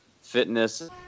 fitness